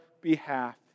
behalf